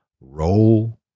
Roll